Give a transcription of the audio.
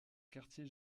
quartier